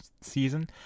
season